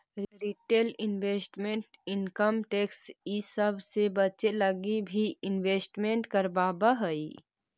retail investor income tax इ सब से बचे लगी भी इन्वेस्टमेंट करवावऽ हई